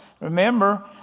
remember